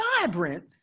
vibrant